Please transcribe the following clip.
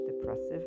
depressive